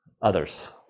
Others